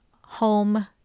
home